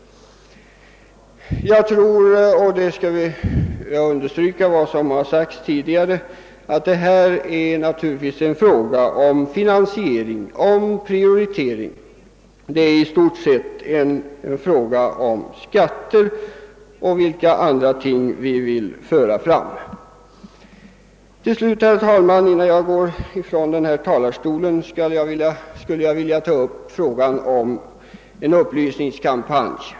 Jag tror — och jag vill härvidlag understryka vad som tidigare sagts — att det naturligtvis härvidlag är en fråga om finansiering och prioritering. I stort sett gäller det skatter och vilka andra ting vi önskar genomföra. Herr talman! Innan jag lämnar talarstolen skulle jag vilja ta upp frågan om en upplysningskampanj.